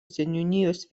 seniūnijos